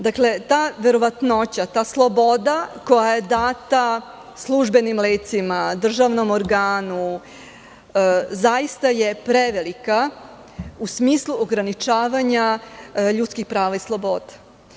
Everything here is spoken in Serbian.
Dakle, ta verovatnoća, ta sloboda koja je data službenim licima, državnom organu je zaista prevelika, u smislu ograničavanja ljudskih prava i sloboda.